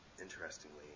interestingly